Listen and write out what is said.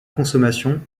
consommation